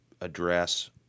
address